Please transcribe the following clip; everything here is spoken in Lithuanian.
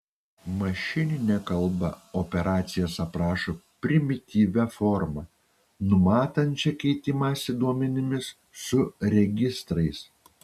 mašininė kalba operacijas aprašo primityvia forma numatančia keitimąsi duomenimis su registrais